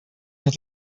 had